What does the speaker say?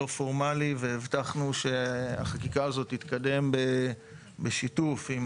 לא פורמלי והבטחנו שהחקיקה הזאת תתקדם בשיתוף עם